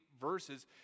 verses